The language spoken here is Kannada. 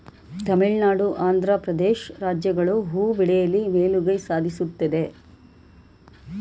ತಮಿಳುನಾಡು, ಆಂಧ್ರ ಪ್ರದೇಶ್ ರಾಜ್ಯಗಳು ಹೂ ಬೆಳೆಯಲಿ ಮೇಲುಗೈ ಸಾಧಿಸುತ್ತದೆ